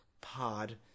Pod